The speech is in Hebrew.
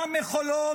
גם מחולון,